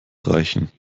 reichen